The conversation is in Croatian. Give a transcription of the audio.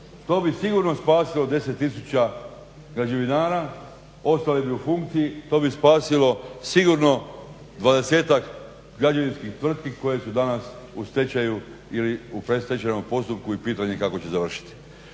to bi sigurno spasilo deset tisuća građevinara, ostali bi u funkciji, to bi spasilo sigurno 20-tak građevinskih tvrtki koje su danas u stečaju ili u predstojećem postupku i pitanje kako će završiti.